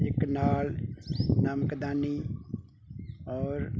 ਇੱਕ ਨਾਲ ਨਮਕਦਾਨੀ ਔਰ